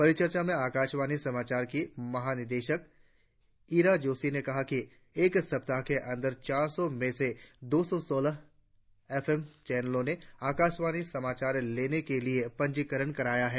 परिचर्चा में आकाशवाणी समाचार की महानिदेशक ईरा जोशी ने कहा कि एक सप्ताह के अंदर चार सौ में से दो सौ सौलह एफ एम चैनलों ने आकाशवाणी समाचार लेने के लिए पंजीकरण कराया है